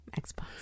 Xbox